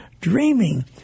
dreaming